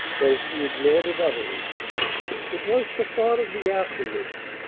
though she ignored it utterly it was the thought of the afterwards,